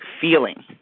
feeling